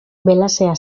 belazea